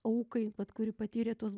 aukai vat kuri patyrė tuos